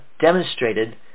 demonstrated